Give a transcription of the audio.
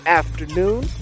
afternoon